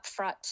upfront